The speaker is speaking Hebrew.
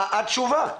מה התשובה?